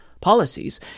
policies